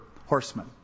horsemen